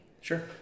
sure